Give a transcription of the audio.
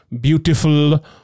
beautiful